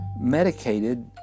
medicated